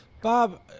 Bob